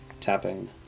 tapping